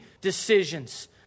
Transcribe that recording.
decisions